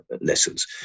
Lessons